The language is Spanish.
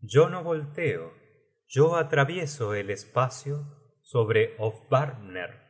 yo no volteo yo atravieso el espacio sobre hofvarpner